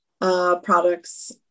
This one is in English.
products